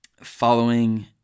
Following